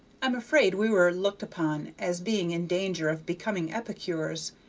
am afraid we were looked upon as being in danger of becoming epicures,